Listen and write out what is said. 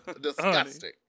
disgusting